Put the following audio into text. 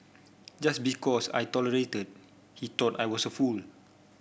just because I tolerated he thought I was a fool